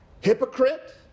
Hypocrite